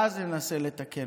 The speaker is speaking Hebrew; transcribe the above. ואז ננסה לתקן,